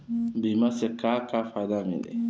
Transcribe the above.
बीमा से का का फायदा मिली?